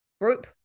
group